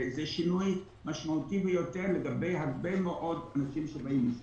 זה שינוי משמעותי ביותר לגבי הרבה מאוד רופאים שבאים משם.